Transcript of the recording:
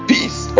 Peace